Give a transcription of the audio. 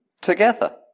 together